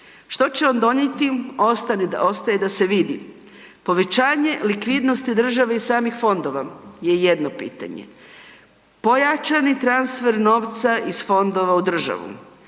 Što će on donijeti, ostaje da se vidi. Povećanje likvidnosti države iz samih fondova je jedno pitanje, pojačani transfer novca iz fondova u državu,